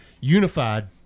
unified